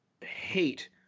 hate